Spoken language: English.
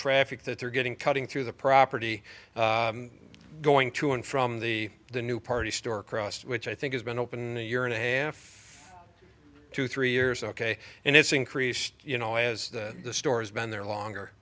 traffic that they're getting cutting through the property going to and from the the new party store cross which i think has been open year and a half to three years ok and it's increased you know as the story's been there longer